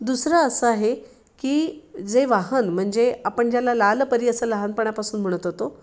दुसरं असं आहे की जे वाहन म्हणजे आपण ज्याला लालपरी असं लहानपणापासून म्हणत होतो